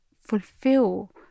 fulfill